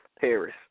Paris